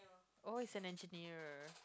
oh is an engineer